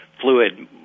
fluid